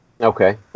Okay